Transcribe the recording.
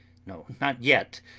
no, not yet,